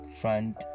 front